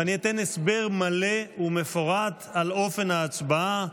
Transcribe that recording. ואני אתן הסבר מלא ומפורט על אופן ההצבעה.